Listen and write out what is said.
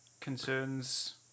concerns